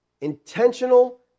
intentional